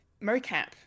mocap